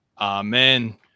Amen